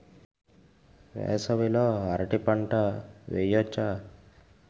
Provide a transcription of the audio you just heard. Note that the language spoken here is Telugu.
వేసవి లో అరటి పంట వెయ్యొచ్చా?